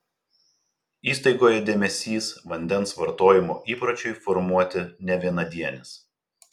įstaigoje dėmesys vandens vartojimo įpročiui formuoti ne vienadienis